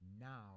now